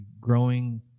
growing